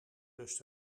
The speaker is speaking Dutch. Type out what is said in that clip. lust